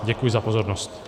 Děkuji za pozornost.